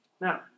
Now